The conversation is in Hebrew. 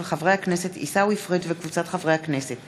של חבר הכנסת עיסאווי פריג' וקבוצת חברי הכנסת,